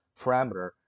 parameter